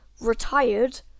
retired